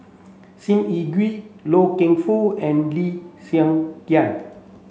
Sim Yi Hui Loy Keng Foo and Lee Hsien Yang